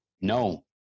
No